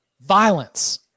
violence